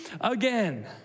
again